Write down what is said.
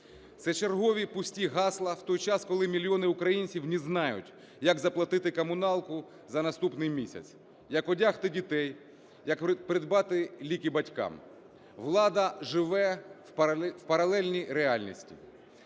Це чергові пусті гасла в той час, коли мільйони українців не знають, як заплатити комуналку за наступний місяць, як одягти дітей, як придбати ліки батькам. Влада живе в паралельній реальності.